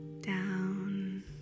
down